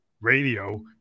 radio